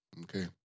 Okay